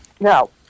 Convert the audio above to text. Now